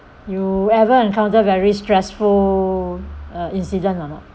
you ever encounter very stressful uh incident or not